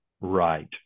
Right